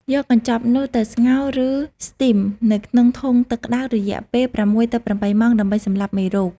យកកញ្ចប់នោះទៅ ស្ងោរ ឬស្ទីម នៅក្នុងធុងទឹកក្តៅរយៈពេល ៦ ទៅ ៨ ម៉ោង ដើម្បីសម្លាប់មេរោគ។